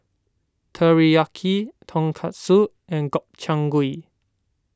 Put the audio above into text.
Teriyaki Tonkatsu and Gobchang Gui